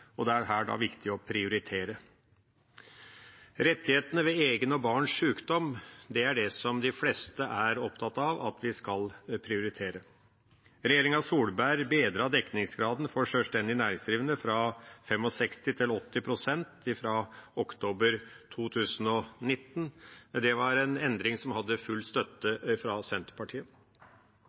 og her er det da viktig å prioritere. Rettighetene ved egen og barns sjukdom er det som de fleste er opptatt av at vi skal prioritere. Regjeringa Solberg bedret dekningsgraden for sjølstendig næringsdrivende fra 65 til 80 pst. fra oktober 2019. Det var en endring som hadde full støtte fra Senterpartiet.